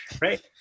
right